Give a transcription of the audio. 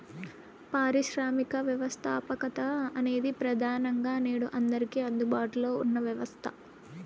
పారిశ్రామిక వ్యవస్థాపకత అనేది ప్రెదానంగా నేడు అందరికీ అందుబాటులో ఉన్న వ్యవస్థ